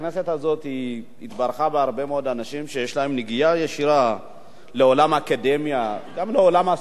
הכנסת הזאת התברכה בהרבה מאוד אנשים שיש להם נגיעה ישירה לעולם האקדמיה,